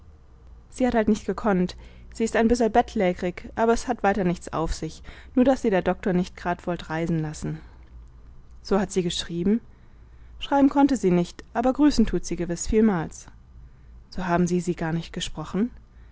sie hat halt nicht gekonnt sie ist ein bisserl bettlägrig aber s hat weiter nichts auf sich nur daß sie der doktor nicht gerad wollt reisen lassen so hat sie geschrieben schreiben konnte sie nicht aber grüßen tut sie gewiß vielmals so haben sie sie gar nicht gesprochen